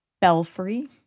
Belfry